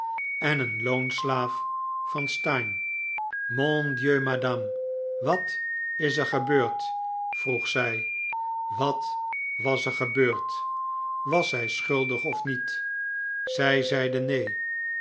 en een loonslaaf van steyne mon dieu madame wat is er gebeurd vroeg zij wat was er gebeurd was zij schuldig of niet zij zeide neen